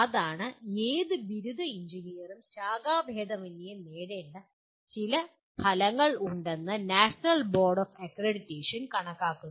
അതാണ് ഏത് ബിരുദ എഞ്ചിനീയറും ശാഖാഭേദമന്യെ നേടേണ്ട ചില ഫലങ്ങൾ ഉണ്ടെന്ന് നാഷണൽ ബോർഡ് ഓഫ് അക്രഡിറ്റേഷൻ കണക്കാക്കുന്നത്